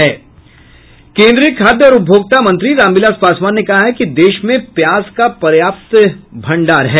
केन्द्रीय खाद्य और उपभोक्ता मंत्री रामविलास पासवान ने कहा है कि देश में प्याज का पर्याप्त मात्रा में भंडार है